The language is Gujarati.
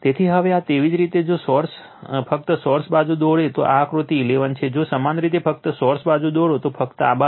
તેથી હવે આ તેવી જ રીતે જો ફક્ત સોર્સ બાજુ દોરે તો આ આકૃતિ 11 છે જો સમાન રીતે ફક્ત સોર્સ બાજુ દોરો તો ફક્ત આ બાજુ